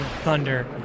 thunder